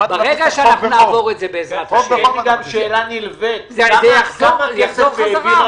ברגע שנעבור את זה, בעזרת השם, זה יחזור בחזרה.